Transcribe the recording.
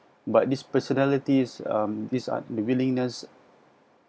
but these personalities this art~ the willingness